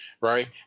right